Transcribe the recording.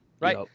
right